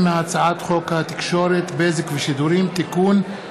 מהצעת חוק התקשורת (בזק ושידורים) (תיקון,